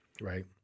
right